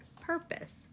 purpose